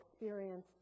experience